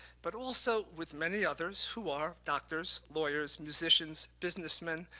but also with many others who are doctors, lawyers, musicians, businessmen,